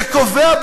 שקובע,